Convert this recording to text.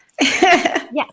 Yes